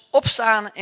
opstaan